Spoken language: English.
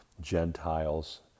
gentiles